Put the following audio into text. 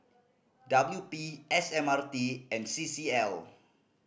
W P S M R T and C C L